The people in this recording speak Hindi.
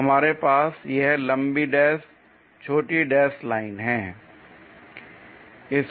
तो हमारे पास वह लंबी डैश छोटी डैश लाइन है